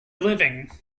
living